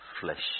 flesh